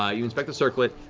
ah you inspect the circlet,